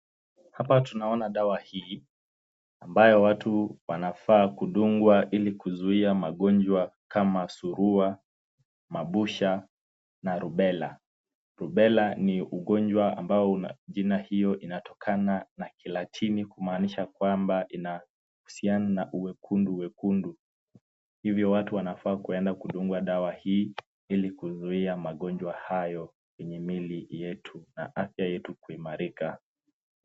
Hapa tunaona dawa hii ambayo watu wanafaa kudungwa ili kuzuia magonjwa kama surua, mabusha na rubella . Rubella ni ugonjwa ambao jina hiyo inatokana na Kilatini kumaanisha kwamba inahusiana na uwekundu wekundu. Hivyo watu wanafaa kwenda kudungwa dawa hii ili kuzuia magonjwa hayo kwenye miili yetu na afya yetu kuimarika.